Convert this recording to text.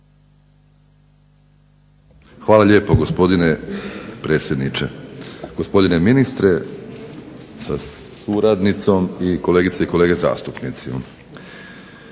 Hvala lijepo gospodine predsjedniče, gospodine ministre sa suradnicom, i kolegice i kolege zastupnici.